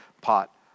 pot